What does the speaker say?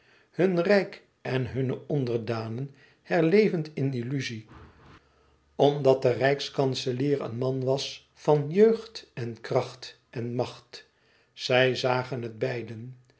hun rijk en hunne onderdanen herlevend in illuzie omdat de rijkskanselier een man was van jeugd en kracht en macht zij zagen het beiden